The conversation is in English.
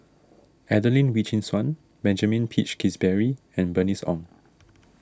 Adelene Wee Chin Suan Benjamin Peach Keasberry and Bernice Ong